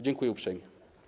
Dziękuję uprzejmie.